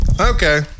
Okay